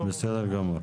בסדר גמור.